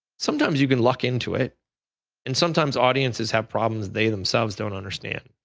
sometimes you've been locked into it and sometimes audiences have problems they, themselves, don't understand.